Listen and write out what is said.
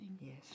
Yes